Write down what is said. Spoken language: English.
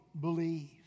believe